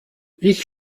ich